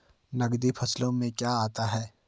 नकदी फसलों में क्या आता है?